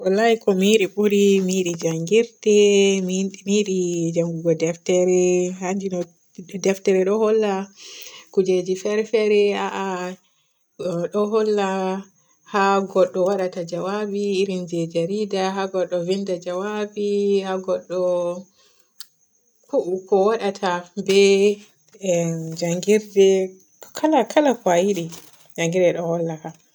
Wallahi ko mi yiɗi buri mi yiɗi njanngide mi yiɗi mi yiɗi njanngugo deftere. Anndi no deftere ɗo holla kujeji fer fere a a ɗo holla haa godɗo waadata jawabi irin je jarida, haa godɗo vinnda jawabi, haa godɗo ko waadata be emm njanngirde. Kala kala ko a yiɗi njanngirde ɗo holla fa.